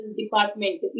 department